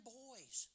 boys